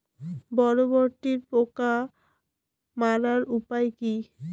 বরবটির পোকা মারার উপায় কি?